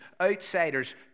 outsiders